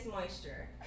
moisture